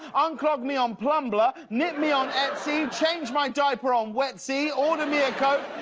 unclog me on plumblr. knit me on etsy. change my diaper on wetsy. order me a coke,